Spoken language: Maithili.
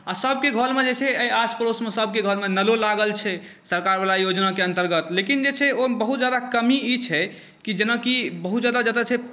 आ सबके घरमे जे छै आस पड़ोसमे सबके घरमे नलो लागल छै सरकार वाला योजनाके अन्तर्गत लेकिन जे छै ओहि मे बहुत जादा कमी ई छै कि जेनाकि बहुत जा दा जतऽ छै